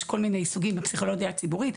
כל מיני סוגי תחומים בפסיכולוגיה הציבורית,